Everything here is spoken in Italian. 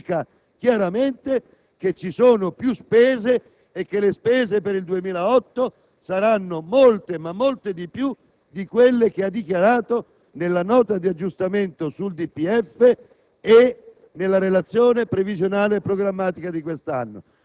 ci deve essere meno *deficit*, oppure il Governo dica chiaramente che ci sono più spese e che quelle per il 2008 saranno molte di più di quelle che ha indicato nella Nota di aggiornamento al DPEF